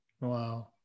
wow